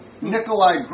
Nikolai